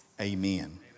Amen